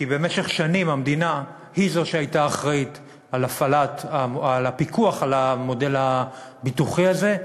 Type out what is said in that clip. כי במשך שנים המדינה היא שהייתה אחראית לפיקוח על המודל הביטוחי הזה,